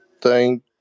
thank